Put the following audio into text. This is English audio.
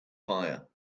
fire